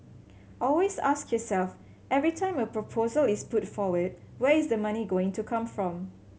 always ask yourself every time a proposal is put forward where is the money going to come from